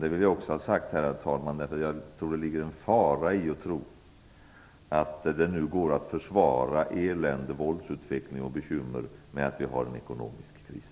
Jag vill också säga, herr talman, att det ligger en fara i att försvara elände, våldsutveckling och bekymmer med att vi nu har en ekonomisk kris.